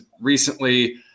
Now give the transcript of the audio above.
recently